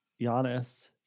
Giannis